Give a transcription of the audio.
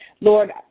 Lord